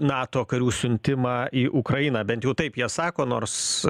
nato karių siuntimą į ukrainą bent jau taip jie sako nors